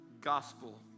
gospel